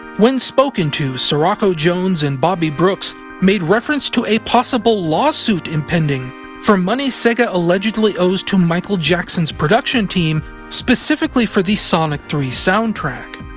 when spoken to, cirocco jones and bobby brooks made reference to a possible lawsuit impending for money sega allegedly owes to michael jackson's production team specifically for the sonic three soundtrack.